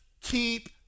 keep